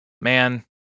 man